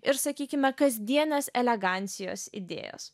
ir sakykime kasdienės elegancijos idėjos